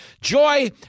Joy